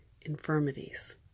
infirmities